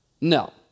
No